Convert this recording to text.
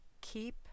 Keep